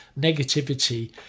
negativity